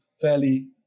fairly